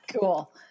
Cool